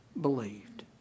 believed